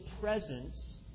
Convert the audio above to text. presence